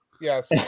Yes